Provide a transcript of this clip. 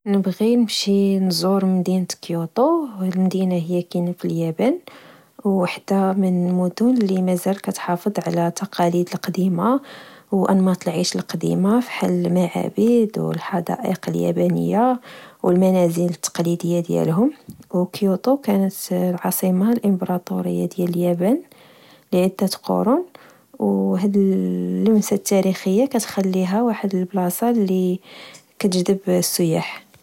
نبغي نمشي نزور مدينة كيوطو، المدينة هي كينا في اليابان، و واحدة من المدن اللي مزال كتحافظ على التقاليد القديمة وأنماط العيش القديمة، بحال المعابد، والحدائق اليابانية، والمنازل التقليدية ديالهم. وكيوطو كانت العاصمة الإمبراطورية ديال اليابان لعدة قرون، وهاد اللمسة التاريخية كتخليها واحد البلاصة لكتجدب السياح